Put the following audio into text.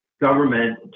government